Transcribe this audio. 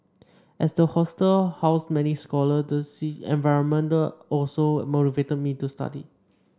as the hostel housed many scholar the see environment also motivated me to study